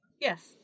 Yes